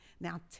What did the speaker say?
Now